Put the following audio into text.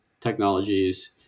technologies